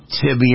tibia